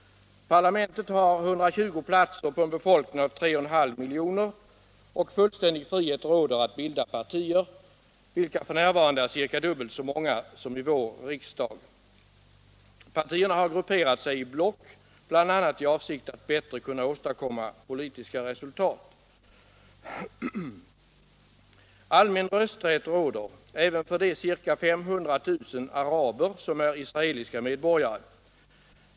Parlamentet har 120 platser på en befolkning av 3,5 miljoner, och fullständig frihet råder att bilda partier, vilka f. n. är ungefär dubbelt så många som i vår riksdag. Partierna har grupperat sig i block, bl.a. i avsikt att bättre kunna åstadkomma politiska resultat. Allmän rösträtt råder även för de ca 500 000 araber som är israeliska medborgare.